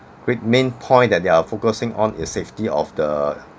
with main point that they are focusing on is safety of the